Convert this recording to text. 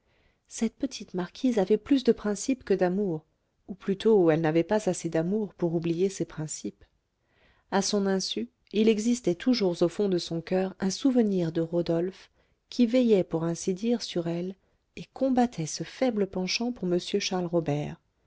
cette petite marquise avait plus de principes que d'amour ou plutôt elle n'avait pas assez d'amour pour oublier ses principes à son insu il existait toujours au fond de son coeur un souvenir de rodolphe qui veillait pour ainsi dire sur elle et combattait ce faible penchant pour m charles robert